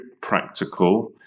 practical